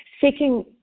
seeking